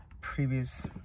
previous